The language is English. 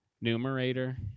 numerator